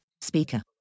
speaker